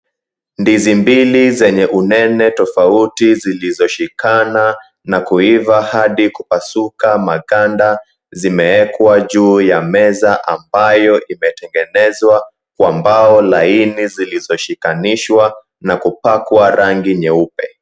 Ndizi mbili zenye unene tofauti zilizoshikana na kuiva hadi kupasuka. Maganda zimewekwa juu ya meza ambayo imetengenezwa kwa mbao laini zilizoshikanishwa na kupakwa rangi nyeupe.